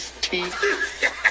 teeth